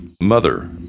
mother